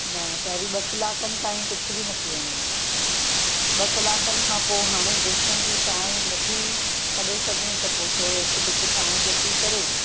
न पहिरीं ॿ कलाकनि ताईं कुझु बि न पीअणो आहे ॿ कलाकनि खां पोइ हाणे जेसीं ताईं तूं चांहि नथी छॾे सघे त पोइ थोरो हिकु ढुकु चांहि जो पी करे